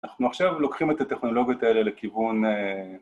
אנחנו עכשיו לוקחים את הטכנולוגיות האלה לכיוון...